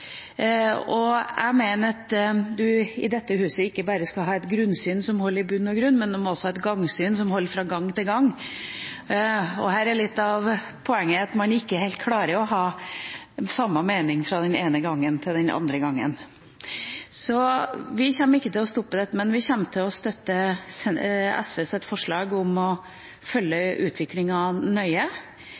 og jeg mener at man i dette huset ikke bare skal ha et grunnsyn som holder i bunn og grunn, men også et gangsyn som holder fra gang til gang. Her er litt av poenget at noen ikke helt klarer å ha samme mening fra den ene gangen til den neste. Vi kommer ikke til å stoppe dette, men vil støtte SVs forslag om å følge utviklingen nøye.